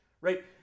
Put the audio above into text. right